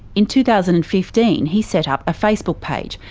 in two thousand and fifteen he set up a facebook page,